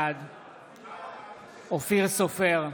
בעד אופיר סופר,